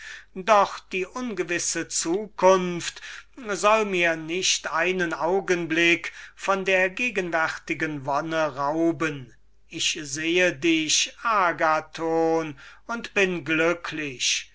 doch die ungewisse zukunft soll mir nicht einen augenblick von der gegenwärtigen wonne rauben ich sehe dich agathon und bin glücklich